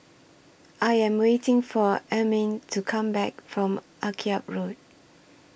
I Am waiting For Ermine to Come Back from Akyab Road